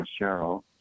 Cheryl